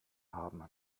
haben